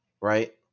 Right